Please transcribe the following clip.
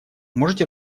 можете